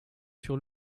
sur